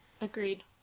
Agreed